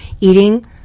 eating